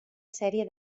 sèrie